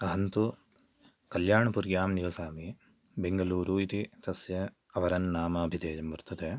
अहं तु कल्याणपुर्यां निवसामि बेङ्गलूरु इति तस्य अपरन्नाम अभिधेयं वर्तते